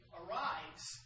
arrives